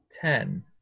Ten